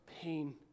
pain